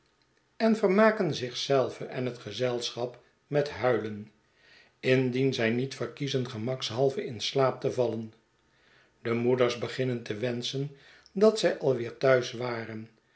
en vermaken zich zelve en het gezelschap met huilen indien zij niet verkiezen gemakshalve in slaap te vallen de moeders beginnen te wenschen dat zij alweer thuis waren